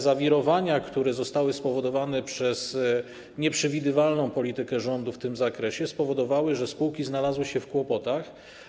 Zawirowania, które zostały spowodowane przez nieprzewidywalną politykę rządu w tym zakresie, spowodowały, że spółki znalazły się w kłopotach.